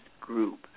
group